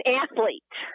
athlete